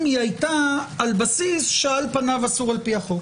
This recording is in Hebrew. היתה על בסיס שעל פניו אסור לפי החוק.